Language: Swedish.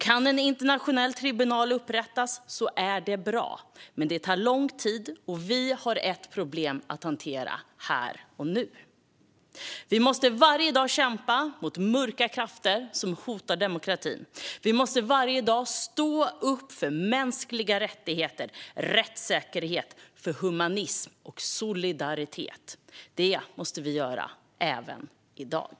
Kan en internationell tribunal upprättas är det bra, men det tar lång tid, och vi har ett problem att hantera här och nu. Vi måste varje dag kämpa mot mörka krafter som hotar demokratin. Vi måste varje dag stå upp för mänskliga rättigheter, rättssäkerhet, humanism och solidaritet. Detta måste vi göra även i dag.